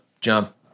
jump